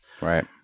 Right